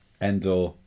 Endor